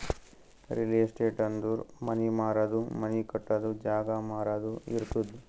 real estate ಅಂದುರ್ ಮನಿ ಮಾರದು, ಮನಿ ಕಟ್ಟದು, ಜಾಗ ಮಾರಾದು ಇರ್ತುದ್